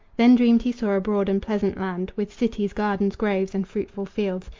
then dreamed he saw a broad and pleasant land, with cities, gardens, groves and fruitful fields,